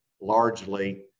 largely